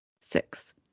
Six